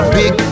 big